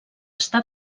estar